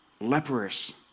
leprous